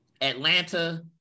Atlanta